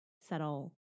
settle